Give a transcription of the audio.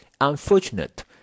unfortunate